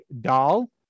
doll